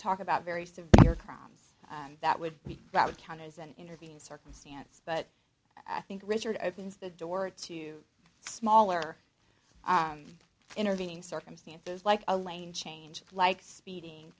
talk about very severe crimes and that would be that would count as an intervening circumstance but i think richard i think as the door to smaller and intervening circumstances like a lane change like speed